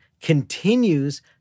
continues